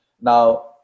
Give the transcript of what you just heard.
Now